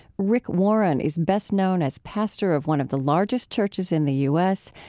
rick warren is best known as pastor of one of the largest churches in the u s.